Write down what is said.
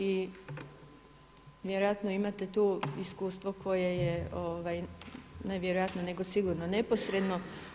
I vjerojatno imate tu iskustvo koje je ne vjerojatno nego sigurno neposredno.